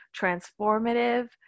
transformative